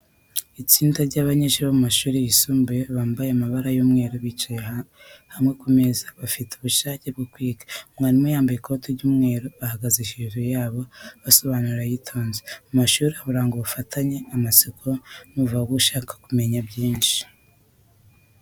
Itsinda ry’abanyeshuri bo mu mashuri yisumbuye bambaye amabara y’umweru bicaye hamwe ku meza, bafite ubushake bwo kwiga. Umwarimu wambaye ikoti ry’umweru ahagaze hejuru yabo, asobanura yitonze. Mu ishuri harangwa ubufatanye, amatsiko, n’umurava wo gushaka kumenya byinshi.